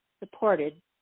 supported